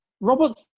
Robert